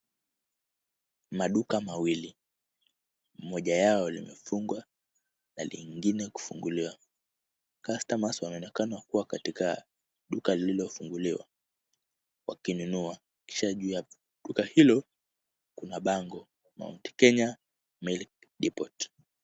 Maduka mawili. Moja yao limefungwa na lingine kufunguliwa. Customers wanaonekana kuwa katika duka lililofunguliwa wakinunua, kisha juu ya duka hilo kuna bango Mt. Kenya milk depot .